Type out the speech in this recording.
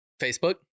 Facebook